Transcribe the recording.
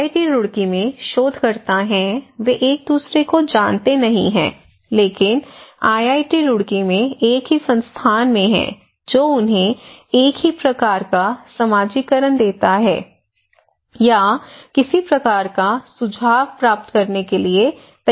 IIT Roorkee में शोधकर्ता हैं वे एक दूसरे को जानते नहीं हैं लेकिन आईआईटी रुड़की में एक ही संस्थान में हैं जो उन्हें एक ही प्रकार का समाजीकरण देता है या किसी प्रकार का सुझाव प्राप्त करने के लिए तैयार करता है